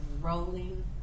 rolling